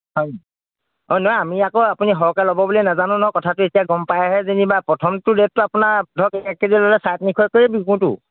হয় নি অঁ নহয় আমি আক আপুনি সৰহকৈ ল'ব বুলি নাজানো ন কথাটো এতিয়া গম পায়হে যেনিবা প্ৰথমটো ৰেটটো আপোনাৰ ধৰক এক কে জি ল'লে চাৰে তিনিশ কৰিয়ে বিকোঁতো